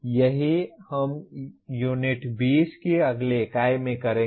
यही हम U20 की अगली इकाई में करेंगे